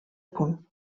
punt